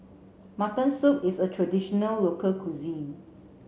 mutton soup is a traditional local cuisine